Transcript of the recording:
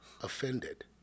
offended